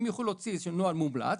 הם יוכלו להוציא נוהל מומלץ,